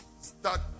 Start